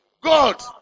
God